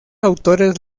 autores